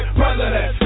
president